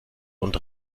und